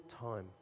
time